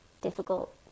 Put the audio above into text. difficult